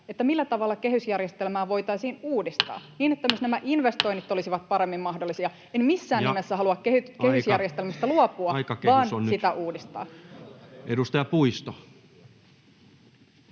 siitä, millä tavalla kehysjärjestelmää voitaisiin uudistaa niin, että myös nämä investoinnit olisivat paremmin mahdollisia. En missään nimessä halua [Puhemies: Aika!] kehysjärjestelmästä luopua, vaan sitä uudistaa. [Speech 69]